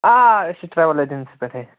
آ آ أسۍ چھِ ٹرٛاوٕل اَجنسی پٮ۪ٹھَے